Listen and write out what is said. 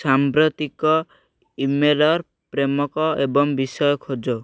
ସାମ୍ପ୍ରତିକ ଇମେଲ୍ର ପ୍ରେରକ ଏବଂ ବିଷୟ ଖୋଜ